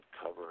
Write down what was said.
cover